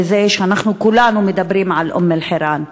בזה שאנחנו כולנו מדברים על אום-אלחיראן.